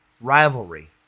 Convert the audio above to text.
rivalry